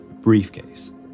briefcase